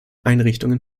einrichtungen